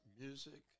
music